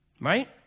Right